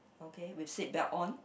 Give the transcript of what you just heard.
okay with seatbelt on